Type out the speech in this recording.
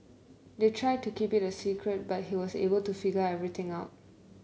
they tried to keep it a secret but he was able to figure everything out